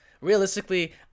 realistically